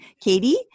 Katie